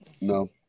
No